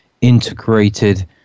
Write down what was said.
integrated